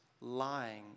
lying